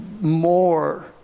more